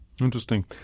Interesting